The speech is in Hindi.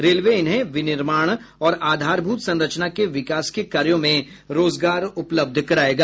रेलवे इन्हें विनिर्माण और आधारभूत संरचना के विकास के कार्यों में रोजगार उपलब्ध करायेगा